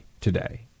today